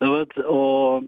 vat o